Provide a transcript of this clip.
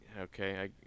Okay